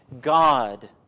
God